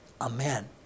Amen